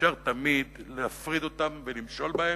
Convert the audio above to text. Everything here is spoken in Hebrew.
תמיד אפשר להפריד אותם ולמשול בהם,